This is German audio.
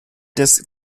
des